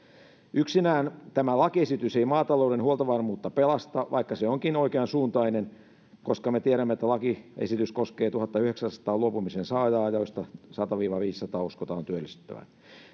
yksinään tämä lakiesitys ei maatalouden huoltovarmuutta pelasta vaikka se onkin oikeansuuntainen koska me tiedämme että lakiesitys koskee tuhattayhdeksääsataa luopumisensaajaa joista sataan viiva viiteensataan uskotaan työllistettävän